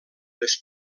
les